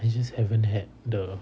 I just haven't had the